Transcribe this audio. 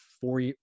four